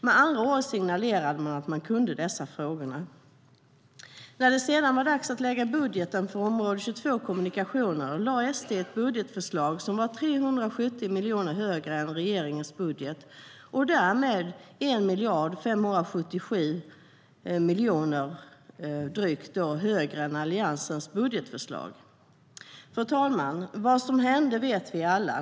Med andra ord signalerade de att de kunde dessa frågor. När det sedan var dags att lägga budgeten för utgiftsområde 22 Kommunikationer lade SD ett budgetförslag som var 370 miljoner högre än regeringens budgetförslag och därmed drygt 1 577 miljoner högre än Alliansens förslag. Fru talman! Vad som hände vet vi alla.